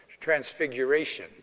transfiguration